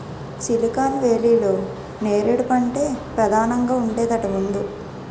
silicon వేలీలో నేరేడు పంటే పదానంగా ఉండేదట ముందు